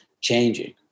changing